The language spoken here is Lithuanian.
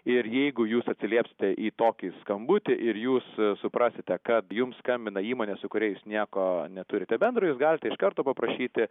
ir jeigu jūs atsiliepsite į tokį skambutį ir jūs suprasite kad jums skambina įmonė su kuria jūs nieko neturite bendro jūs galite iš karto paprašyti